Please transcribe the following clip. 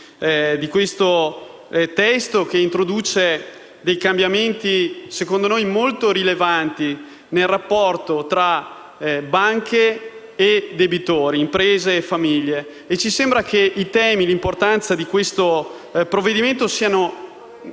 di questo testo, che introduce dei cambiamenti secondo noi molto rilevanti nel rapporto tra banche e debitori, imprese e famiglie. Ci sembra che i temi e l'importanza di questo provvedimento siano